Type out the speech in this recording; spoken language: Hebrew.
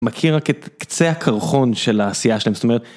מכיר רק את קצה הקרחון של העשייה שלהם, זאת אומרת...